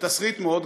בתסריט מאוד גרוע.